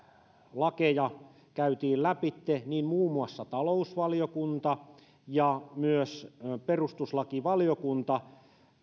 lakeja käytiin lävitse niin muun muassa talousvaliokunta ja myös perustuslakivaliokunta